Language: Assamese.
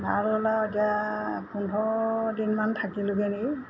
ভাল হ'ল আৰু এতিয়া পোন্ধৰ দিনমান থাকিলোঁগৈ নি